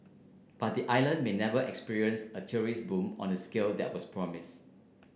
but the island may never experience a tourism boom on the scale that was promised